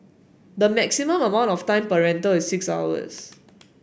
the maximum amount of time per rental is six hours